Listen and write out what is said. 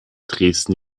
dresden